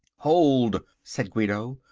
hold, said guido,